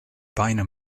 beine